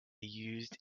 used